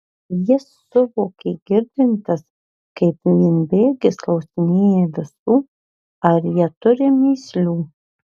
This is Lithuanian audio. jis suvokė girdintis kaip vienbėgis klausinėja visų ar jie turi mįslių